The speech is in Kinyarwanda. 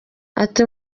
ati